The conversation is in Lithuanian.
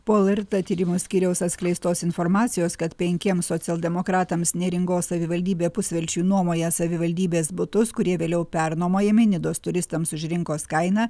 po lrt tyrimo skyriaus atskleistos informacijos kad penkiems socialdemokratams neringos savivaldybė pusvelčiui nuomoja savivaldybės butus kurie vėliau pernuomojami nidos turistams už rinkos kainą